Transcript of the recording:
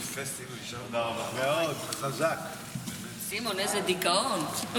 סימון, איזה דיכאון.